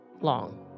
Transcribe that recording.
long